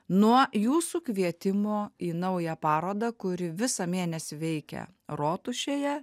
nuo jūsų kvietimo į naują parodą kuri visą mėnesį veikia rotušėje